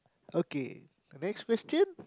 okay next question